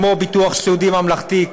כמו ביטוח סיעודי ממלכתי,